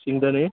शेंगदाणे